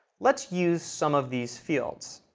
let's use some of these fields.